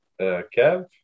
Kev